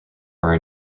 are